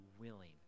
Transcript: willing